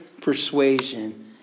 persuasion